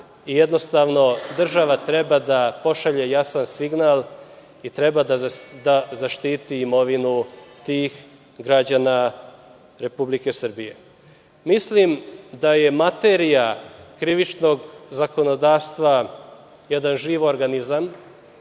jednostavno država treba da pošalje jasan signal i treba da zaštiti imovinu tih građana Republike Srbije. Mislim, da je materija krivičnog zakonodavstva jedan živ organizam